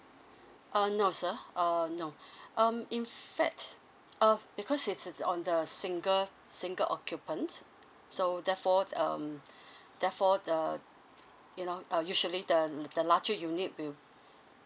uh no sir um no um in fact uh because it's it's on the single single occupant so therefore um therefore the you know uh usually the the larger unit will